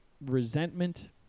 resentment